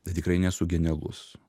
bet tikrai nesu genialus